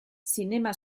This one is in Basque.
zinema